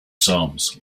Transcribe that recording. sums